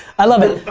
i love it.